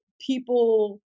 people